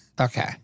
Okay